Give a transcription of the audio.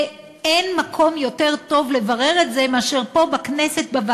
ואין מקום יותר טוב לברר את זה מאשר בוועדה פה בכנסת.